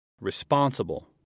responsible